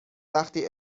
وقتی